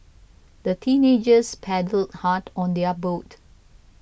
the teenagers paddled hard on their boat